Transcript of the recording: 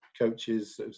coaches